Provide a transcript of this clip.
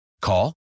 Call